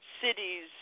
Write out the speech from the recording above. cities